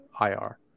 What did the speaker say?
IR